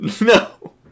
No